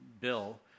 bill